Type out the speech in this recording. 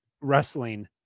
wrestling